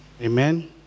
Amen